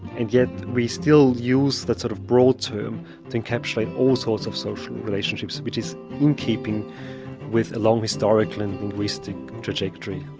and yet we still use that sort of broad term to encapsulate all sorts of social relationships which is in keeping with a long historical and linguistic trajectory.